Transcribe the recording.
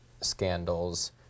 scandals